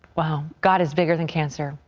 wow! god is bigger than cancer.